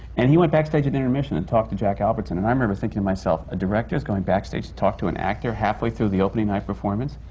and he went backstage at intermission and talked to jack albertson, and i remember thinking to myself, a director is going backstage to talk to an actor halfway through the opening night performance!